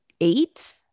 eight